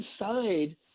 inside